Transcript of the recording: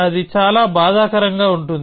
అది చాలా బాధాకరంగా ఉంటుంది